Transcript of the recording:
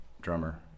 drummer